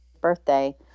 birthday